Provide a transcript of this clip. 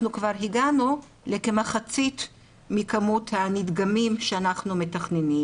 כבר הגענו לכמחצית מכמות הנדגמים שאנחנו מתכננים.